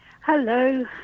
hello